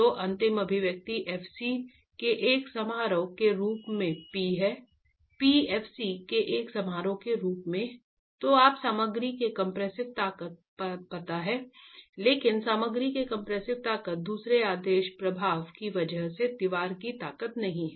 तो अंतिम अभिव्यक्ति f c के एक समारोह के रूप में P है P f c के एक समारोह के रूप में तो आप सामग्री के कंप्रेसिव ताकत पता है लेकिन सामग्री के कंप्रेसिव ताकत दूसरे आदेश प्रभाव की वजह से दीवार की ताकत नहीं है